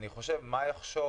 אני חושב מה יחשוב